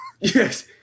Yes